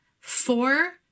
four